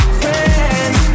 friends